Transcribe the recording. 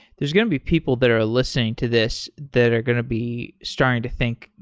there's going to be people that are listening to this that are going to be starting to think,